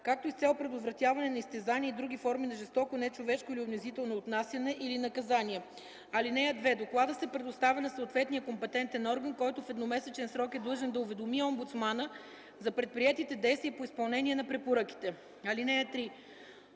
както и с цел предотвратяване на изтезания и други форми на жестоко, нечовешко или унизително отнасяне или наказание. (2) Докладът се предоставя на съответния компетентен орган, който в едномесечен срок е длъжен да уведоми омбудсмана за предприетите действия по изпълнение на препоръките. (3)